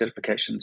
certifications